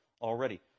already